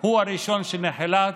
הוא היה הראשון שנחלץ,